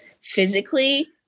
physically